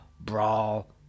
brawl